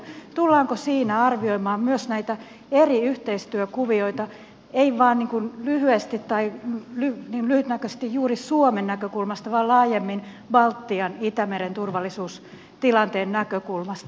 tullaanko siinä arvioimaan myös näitä eri yhteistyökuvioita ei vain lyhytnäköisesti juuri suomen näkökulmasta vaan laajemmin baltian itämeren turvallisuustilanteen näkökulmasta